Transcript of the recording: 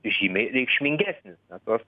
žymiai reikšmingesnis na tos